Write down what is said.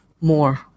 more